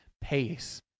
pace